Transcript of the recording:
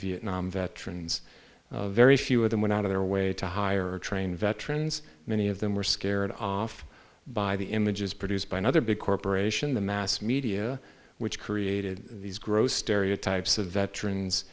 vietnam veterans very few of them went out of their way to hire train veterans many of them were scared off by the images produced by another big corporation the mass media which created these gross stereotypes of veterans